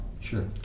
Sure